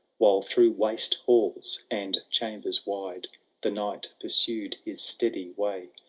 while through waste halls and chambers wide the knight pursued his steady way,